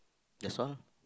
that's all